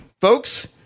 folks